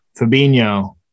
Fabinho